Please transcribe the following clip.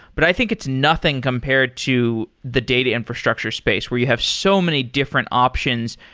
but i think it's nothing compared to the data infrastructure space, where you have so many different options,